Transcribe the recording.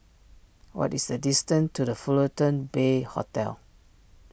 what is the distance to the Fullerton Bay Hotel